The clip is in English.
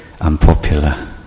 unpopular